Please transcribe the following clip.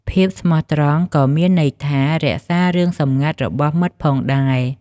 ភាពស្មោះត្រង់ក៏មានន័យថា រក្សារឿងសម្ងាត់របស់មិត្តផងដែរ។